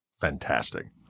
fantastic